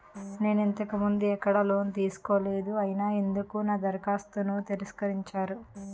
నేను ఇంతకు ముందు ఎక్కడ లోన్ తీసుకోలేదు అయినా ఎందుకు నా దరఖాస్తును తిరస్కరించారు?